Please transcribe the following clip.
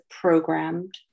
programmed